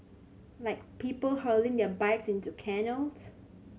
like people hurling their bikes into canals